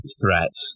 threat